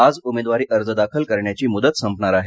आज उमेदवारी अर्ज दाखल करण्याची मुदत संपणार आहे